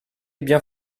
bien